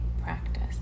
practice